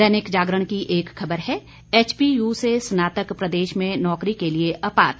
दैनिक जगारण की एक खबर है एचपीयू से स्नातक प्रदेश में नौकरी के लिए अपात्र